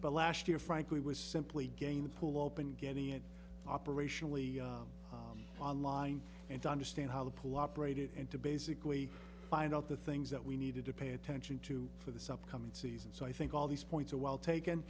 but last year frankly was simply a game of pool open getting it operationally online and to understand how the pool operated and to basically find out the things that we needed to pay attention to for the sub coming season so i think all these points are well taken